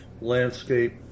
landscape